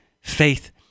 faith